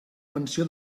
menció